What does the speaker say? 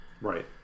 right